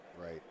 Right